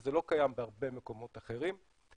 וזה לא קיים בהרבה מקומות אחרים,